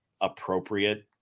appropriate